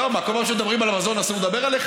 בכל פעם שמדברים על מזון אסור לדבר עליך?